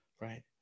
right